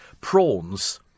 Prawns